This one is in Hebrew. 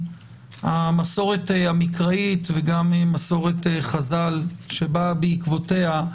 המסורת המקראית וגם מסורת חז"ל שבאה בעקבותיה,